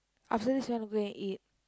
after this you want to go and eat